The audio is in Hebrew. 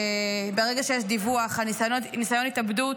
ברגע שיש דיווח על ניסיון התאבדות,